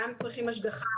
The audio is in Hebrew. גם צריכים השגחה,